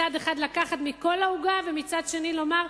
מצד אחד לקחת מכל העוגה ומצד שני לומר: